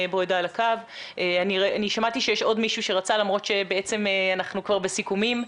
שמעתי שיש עוד מישהו שרצה לדבר למרות ש אנחנו כבר בסיכומים.